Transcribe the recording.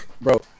Bro